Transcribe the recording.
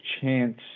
chance